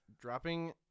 dropping